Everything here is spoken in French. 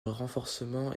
renforcement